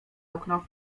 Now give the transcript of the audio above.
okno